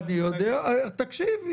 תקשיב.